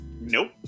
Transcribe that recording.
nope